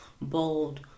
bold